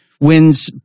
wins